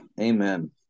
Amen